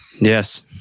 Yes